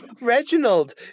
Reginald